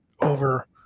over